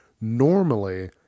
normally